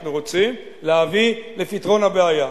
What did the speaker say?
אנחנו רוצים להביא לפתרון הבעיה.